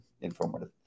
informative